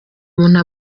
umuntu